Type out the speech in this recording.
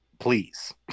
please